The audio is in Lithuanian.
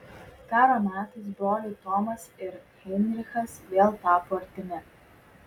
karo metais broliai tomas ir heinrichas vėl tapo artimi